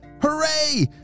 Hooray